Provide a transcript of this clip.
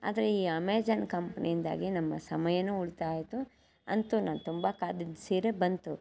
ಆದರೆ ಈ ಅಮೇಝಾನ್ ಕಂಪ್ನಿಯಿಂದಾಗಿ ನಮ್ಮ ಸಮಯನೂ ಉಳ್ತಾಯ ಆಯಿತು ಅಂತೂ ನಾನು ತುಂಬ ಕಾದಿದ್ದ ಸೀರೆ ಬಂತು